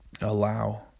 allow